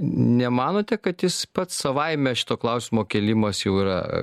nemanote kad jis pats savaime šito klausimo kėlimas jau yra